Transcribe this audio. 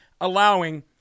allowing